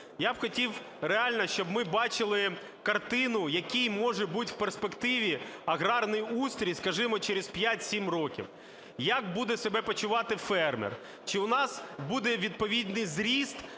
Я б хотів реально, щоб ми бачили картину, який може бути в перспективі аграрний устрій, скажімо, через 5-7 років, як буде себе почувати фермер, чи в нас буде відповідний ріст